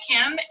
Kim